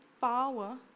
power